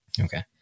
Okay